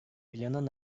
planın